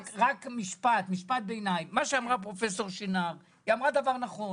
רק משפט ביניים: מה שאמרה פרופ' שנער זה נכון.